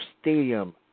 stadium